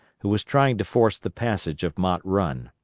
who was trying to force the passage of mott run.